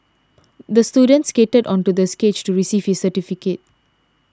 the student skated onto the stage to receive his certificate